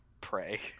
pray